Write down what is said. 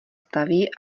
staví